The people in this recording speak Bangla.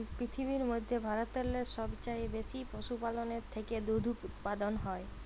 পিরথিবীর ম্যধে ভারতেল্লে সবচাঁয়ে বেশি পশুপাললের থ্যাকে দুহুদ উৎপাদল হ্যয়